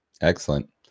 Excellent